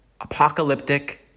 apocalyptic